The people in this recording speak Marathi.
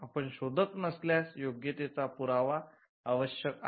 आपण शोधक नसल्यास योग्यतेचा पुरावा आवश्यक आहे